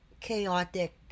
chaotic